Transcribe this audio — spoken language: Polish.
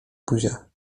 buzia